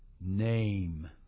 name